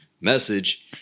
message